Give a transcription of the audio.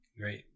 great